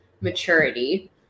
maturity